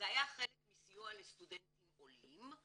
זה היה חלק מסיוע לסטודנטים עולים,